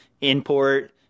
import